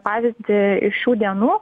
pavyzdį iš šių dienų